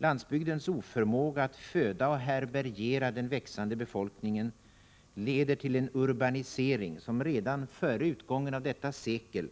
Landsbygdens oförmåga att föda och härbärgera den växande befolkningen leder till en urbanisering, som redan före utgången av detta sekel